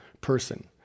person